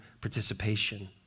participation